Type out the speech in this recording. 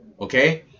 okay